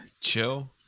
Chill